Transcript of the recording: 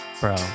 Bro